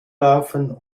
laufen